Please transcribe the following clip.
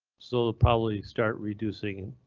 so probably start reducing,